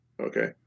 okay